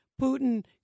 Putin